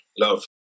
Love